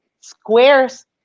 Square's